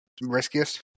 riskiest